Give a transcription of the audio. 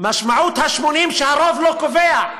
משמעות ה-80, שהרוב לא קובע.